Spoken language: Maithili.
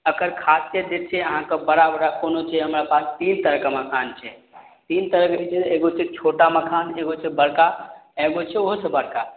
एकर खासियत जे छै अहाँके बड़ा बड़ा कोनो छै हमरा पास तीन तरहके मखान छै तीन तरहके एगो ईगो छै छोटा मखान एगो छै बड़का आओर एगो छै ओहो से बड़का